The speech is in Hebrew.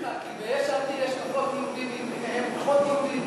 אני אסביר לך, ביש עתיד יש פחות יהודים מאשר בש"ס?